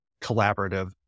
collaborative